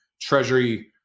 Treasury